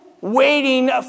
waiting